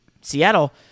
Seattle